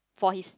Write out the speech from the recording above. for his